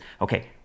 okay